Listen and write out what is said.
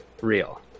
real